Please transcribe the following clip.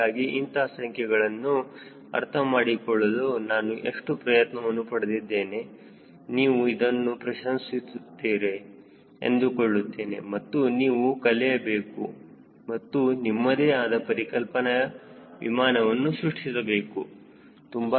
ಹೀಗಾಗಿ ಇಂತಹ ಸಂಖ್ಯೆಗಳನ್ನು ಅರ್ಥ ಮಾಡಿಕೊಳ್ಳಲು ನಾನು ಇಷ್ಟು ಪ್ರಯತ್ನವನ್ನು ಪಡುತ್ತಿದ್ದೇನೆ ನೀವು ಅದನ್ನು ಪ್ರಶಂಸಿಸುತ್ತೇನೆ ಎಂದುಕೊಳ್ಳುತ್ತೇನೆ ಮತ್ತು ನೀವು ಕಲಿಯಬೇಕು ಮತ್ತು ನಿಮ್ಮದೇ ಆದ ಪರಿಕಲ್ಪನಾ ವಿಮಾನವನ್ನು ಸೃಷ್ಟಿಸಬೇಕು